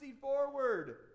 forward